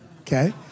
okay